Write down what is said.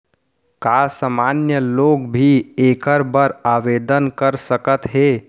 का सामान्य लोग भी एखर बर आवदेन कर सकत हे?